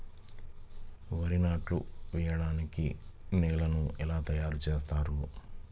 వరి నాట్లు వేయటానికి నేలను ఎలా తయారు చేస్తారు?